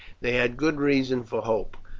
they had good reason for hope,